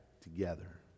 together